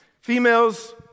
females